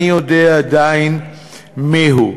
ואיני יודע עדיין מיהו.